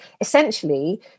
Essentially